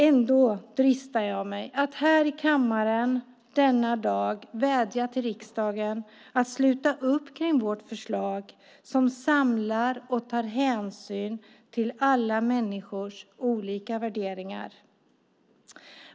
Ändå dristar jag mig att här i kammaren, denna dag, vädja till riksdagen att sluta upp kring vårt förslag som samlar och tar hänsyn till alla människors olika värderingar.